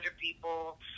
people